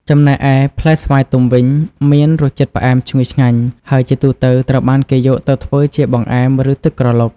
ចំណែកឯផ្លែស្វាយទុំវិញ មានរសជាតិផ្អែមឈ្ងុយឆ្ងាញ់ ហើយជាទូទៅត្រូវបានគេយកទៅធ្វើជាបង្អែម ឬទឹកក្រឡុក។